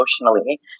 emotionally